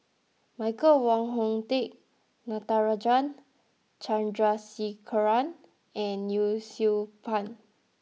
Michael Wong Hong Teng Natarajan Chandrasekaran and Yee Siew Pun